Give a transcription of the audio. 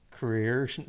career